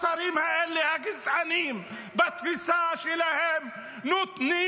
השרים האלה הגזעניים בתפיסה שלהם נותנים